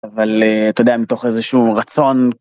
אבל אתה יודע מתוך איזשהו רצון.